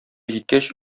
җиткәч